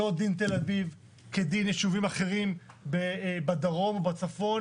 לא דין תל אביב כדין יישובים אחרים בדרום או בצפון,